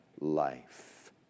life